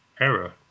error